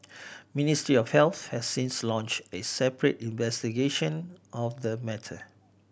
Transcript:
Ministry of Health has since launched a separate investigation of the matter